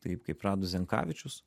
taip kaip radus zenkavičius